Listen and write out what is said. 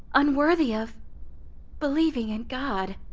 unworthy of believing in god.